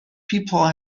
people